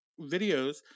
videos